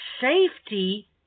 safety